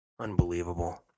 unbelievable